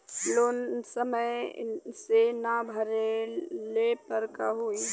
Loan समय से ना भरले पर का होयी?